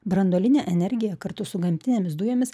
branduolinė energija kartu su gamtinėmis dujomis